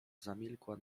zamilkła